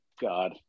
God